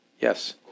yes